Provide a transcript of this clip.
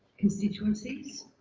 constituencies.